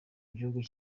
gihugu